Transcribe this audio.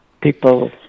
People